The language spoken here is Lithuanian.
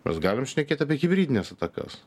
mes galim šnekėt apie hibridines atakas